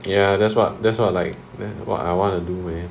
ya that's what that's what like what I want to do man